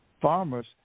Farmers